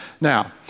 Now